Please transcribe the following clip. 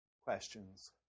questions